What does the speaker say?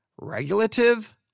Regulative